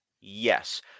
yes